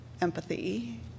empathy